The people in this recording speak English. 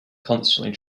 constantly